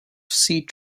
seed